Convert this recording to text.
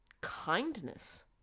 kindness